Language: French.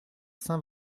saint